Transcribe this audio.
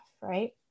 right